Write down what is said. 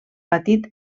patit